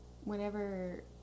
whenever